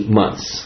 months